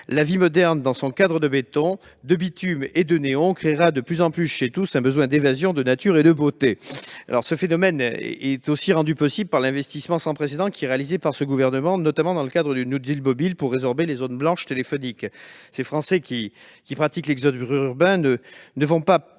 La vie moderne, dans son cadre de béton, de bitume et de néon créera de plus en plus chez tous un besoin d'évasion, de nature et de beauté. » Ce phénomène est aussi rendu possible par l'investissement sans précédent réalisé par ce gouvernement, notamment dans le cadre du New Deal mobile, pour résorber les zones blanches téléphoniques. Par ailleurs, les Français qui pratiquent l'exode rurbain ne vont pas